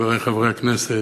חברי חברי הכנסת,